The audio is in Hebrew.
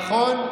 נכון.